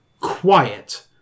quiet